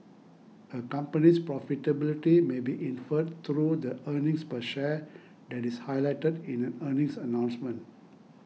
a company's profitability may be inferred through the earnings per share that is highlighted in an earnings announcement